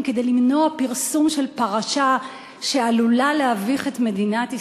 כדי למנוע פרסום של פרשה שעלולה להביך את מדינת ישראל?